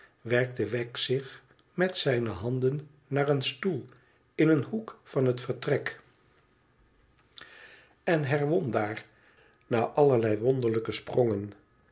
werkte wegg zich met zijne handen naar een stoel in een hoek van het vertrek en herwon daar na allerlei wonderlijke sprongen